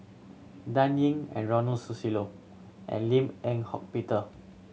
Dan Ying and Ronald Susilo and Lim Eng Hock Peter